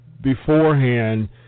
beforehand